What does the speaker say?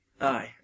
Aye